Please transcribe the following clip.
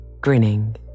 grinning